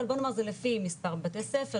אבל בוא נאמר זה לפי מספר בתי ספר,